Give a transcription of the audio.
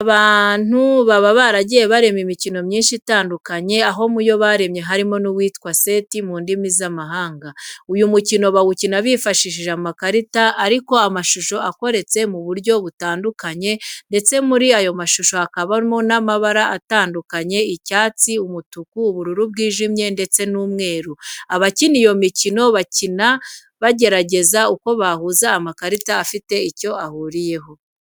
Abantu baba baragiye barema imikino myinshi itandukanye, aho mu yo baremye harimo n'uwo bita "SET" mu ndimi z'amahanga. Uyu mukino bawukina bifashishije amakarita ariho amashusho akoretse mu buryo butandukanye ndetse muri ayo mashusho hakabamo n'amabara atandukanye: icyatsi, umutuku, ubururu bwijimye ndetse n'umweru. Abakina iyo mikino, bayikina bagerageza uko bahuza amakarita afite icyo ahuriyeho.